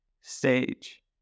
stage